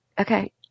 Okay